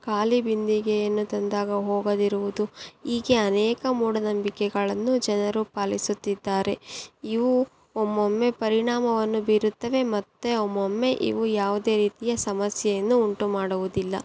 ಖಾಲಿ ಬಿಂದಿಗೆಯನ್ನು ತಂದಾಗ ಹೋಗದಿರುವುದು ಹೀಗೆ ಅನೇಕ ಮೂಢನಂಬಿಕೆಗಳನ್ನು ಜನರು ಪಾಲಿಸುತ್ತಿದ್ದಾರೆ ಇವು ಒಮ್ಮೊಮ್ಮೆ ಪರಿಣಾಮವನ್ನು ಬೀರುತ್ತವೆ ಮತ್ತೆ ಒಮ್ಮೊಮ್ಮೆ ಇವು ಯಾವುದೇ ರೀತಿಯ ಸಮಸ್ಯೆಯನ್ನು ಉಂಟು ಮಾಡುವುದಿಲ್ಲ